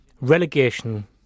relegation